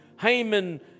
Haman